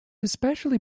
especially